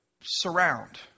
surround